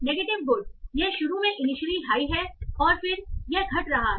negative good यह शुरू में इनिशियली हाई है और फिर यह घट रहा है